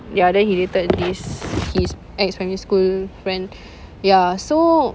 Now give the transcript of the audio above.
ya then he dated this his ex primary school friend ya so